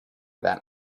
that